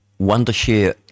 Wondershare